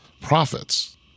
profits